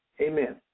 amen